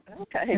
Okay